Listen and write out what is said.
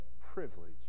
privilege